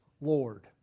Lord